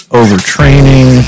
overtraining